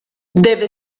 deve